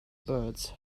birds